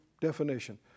definition